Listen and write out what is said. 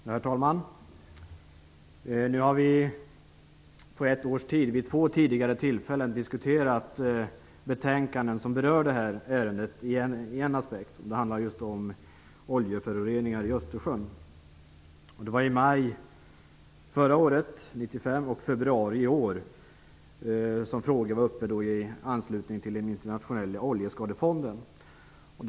Herr talman! På ett års tid har vi vid två tillfällen diskuterat betänkanden som berör detta ärende ur en aspekt. Det handlar just om oljeföroreningar i Östersjön. Det var i maj förra året och i februari i år som frågan var uppe i anslutning till frågan om den internationella oljeskadefonden.